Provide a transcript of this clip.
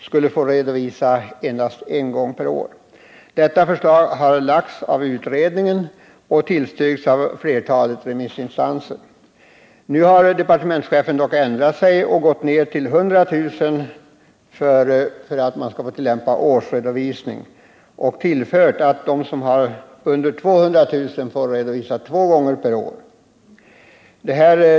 skulle få redovisa en gång per år. Detta förslag har lagts fram av utredningen och tillstyrkts av flertalet remissinstanser. Nu har dock departementschefen ändrat sig och gått ned till 100 000 kr. för årsredovisning, medan företag med en omsättning understigande 200 000 kr. måste redovisa två gånger per år.